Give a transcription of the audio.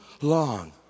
long